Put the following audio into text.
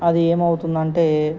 అది ఏమి అవుతుందంటే